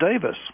Davis